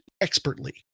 expertly